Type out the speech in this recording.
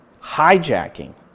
hijacking